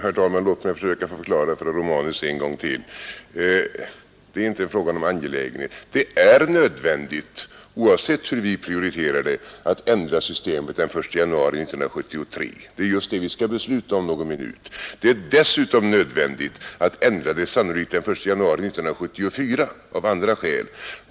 Herr talman! Låt mig försöka förklara för herr Romanus en gång till. Det är inte en fråga om angelägenhet. Oavsett hur vi prioriterar är det nödvändigt att ändra systemet den 1 januari 1973, och det är just om det vi skall fatta beslut om någon minut. Det är dessutom nödvändigt av andra skäl att ändra reglerna, sannolikt den 1 januari 1974.